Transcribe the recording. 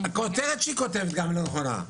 הכותרת שהיא כותבת היא לא נכונה: